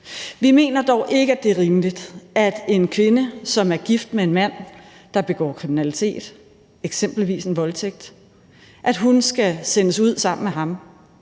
Vi mener dog ikke, at det er rimeligt, at en kvinde, som er gift med en mand, der begår kriminalitet, eksempelvis en voldtægt, skal sendes ud sammen med ham.